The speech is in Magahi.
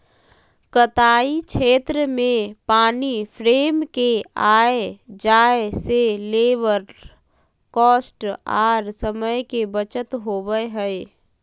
कताई क्षेत्र में पानी फ्रेम के आय जाय से लेबर कॉस्ट आर समय के बचत होबय हय